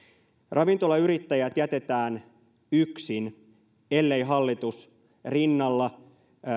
ravintolayrittäjät jätetään yksin ellei hallitus rinnalla